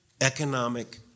economic